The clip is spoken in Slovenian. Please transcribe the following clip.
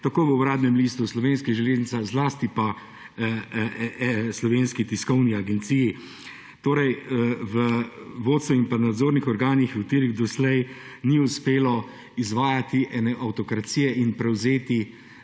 tako v Uradnem listu, Slovenskih železnicah, zlasti pa Slovenski tiskovni agenciji. Torej, v vodstvu in pa nadzornih organih v katerih do sedaj ni uspelo izvajati ene avtokracije in prevzeti